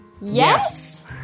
Yes